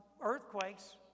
earthquakes